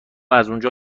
اونجا